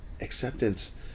acceptance